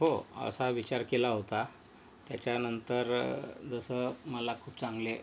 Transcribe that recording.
हो असा विचार केला होता त्याच्यानंतर जसं मला खूप चांगले